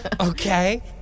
Okay